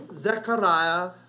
Zechariah